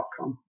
outcome